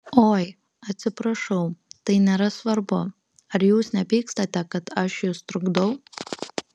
oi atsiprašau tai nėra svarbu ar jūs nepykstate kad aš jus trukdau